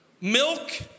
milk